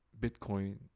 Bitcoin